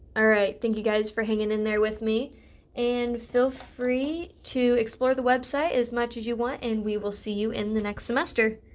alright thank you guys for hanging in there with me and feel free to explore the website as much as you want and we will see you in the next semester.